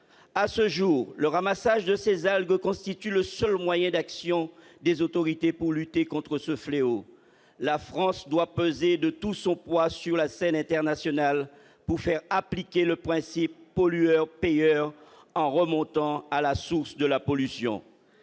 À ce jour, le ramassage des algues constitue le seul moyen d'action des autorités pour lutter contre ce fléau. La France doit peser de tout son poids sur la scène internationale pour faire appliquer le principe pollueur-payeur en remontant à la source de la pollution.